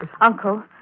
Uncle